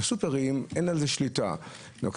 המטרה היא חשובה,